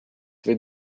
with